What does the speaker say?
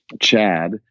chad